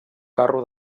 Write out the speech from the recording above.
carro